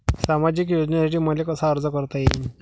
सामाजिक योजनेसाठी मले कसा अर्ज करता येईन?